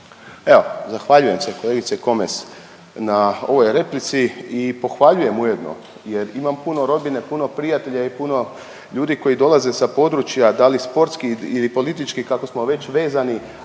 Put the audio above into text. Evo, zahvaljujem se kolegice Komes na ovoj replici i pohvaljujem ujedno jer imam puno rodbine, puno prijatelja i puno ljudi koji dolaze sa područja da li sportskih ili političkih kako smo već vezani